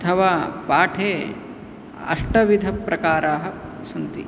अथवा पाठे अष्टविधप्रकाराः सन्ति